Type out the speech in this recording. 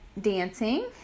dancing